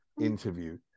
interview